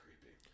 creepy